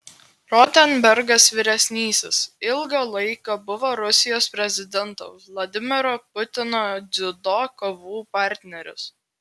rotenbergas vyresnysis ilgą laiką buvo rusijos prezidento vladimiro putino dziudo kovų partneris